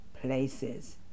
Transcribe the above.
places